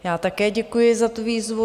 Já také děkuji za tu výzvu.